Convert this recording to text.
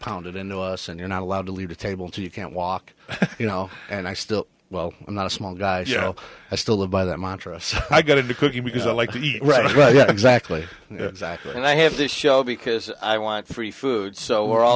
pounded into us and you're not allowed to leave the table to you can't walk you know and i still well i'm not a small guy you know i still live by that montra so i got to do cooking because i like to write exactly exactly and i have this show because i want free food so we're all